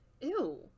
Ew